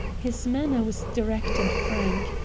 his manner was direct and frank.